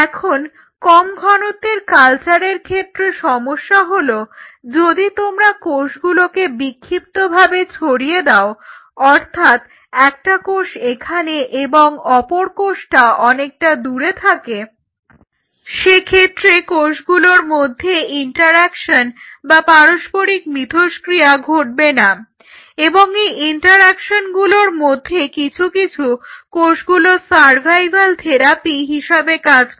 এখন কম ঘনত্বের কালচারের ক্ষেত্রে সমস্যা হলো যদি তোমরা কোষগুলোকে বিক্ষিপ্তভাবে ছড়িয়ে দাও অর্থাৎ একটা কোষ এখানে এবং অপর কোষটা অনেকটা দূরে থাকে সেক্ষেত্রে কোষগুলোর মধ্যে ইন্টারঅ্যাকশন বা পারস্পরিক মিথস্ক্রিয়া ঘটবে না এবং এই ইন্টারঅ্যাকশনগুলোর মধ্যে কিছু কিছু কোষগুলোর সারভাইভাল থেরাপি হিসাবে কাজ করে